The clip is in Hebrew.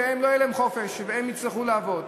ולהם לא יהיה חופש והם יצטרכו לעבוד.